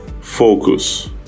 focus